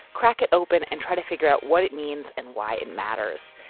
crack it open and try to figure out what it means and why it matters.